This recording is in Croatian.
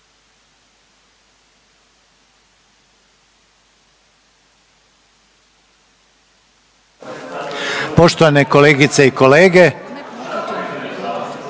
tajniče, kolegice i kolege.